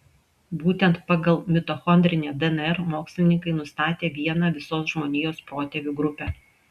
būtent pagal mitochondrinę dnr mokslininkai nustatė vieną visos žmonijos protėvių grupę